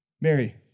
Mary